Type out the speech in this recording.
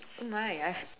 oh my I've